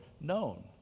known